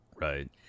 right